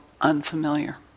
unfamiliar